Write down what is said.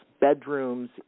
bedrooms